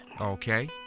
Okay